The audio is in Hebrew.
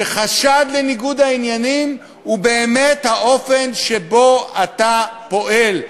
שחשד לניגוד העניינים הוא באמת האופן שבו אתה פועל,